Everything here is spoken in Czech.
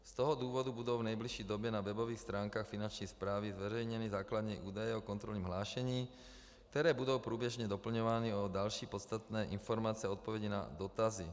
Z toho důvodu budou v nejbližší době na webových stránkách Finanční správy zveřejněny základní údaje o kontrolním hlášení, které budou průběžně doplňovány o další podstatné informace a odpovědi na dotazy.